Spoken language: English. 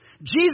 Jesus